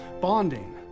bonding